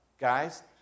guys